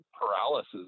paralysis